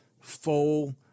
full